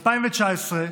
2019,